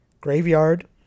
graveyard